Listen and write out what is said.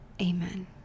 Amen